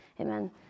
amen